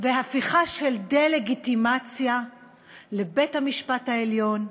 והפיכה לדה-לגיטימציה של בית-המשפט העליון,